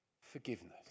forgiveness